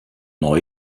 neu